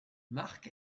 marc